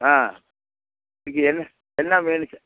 ஆ உங்களுக்கு என்ன என்ன வேணும் சார்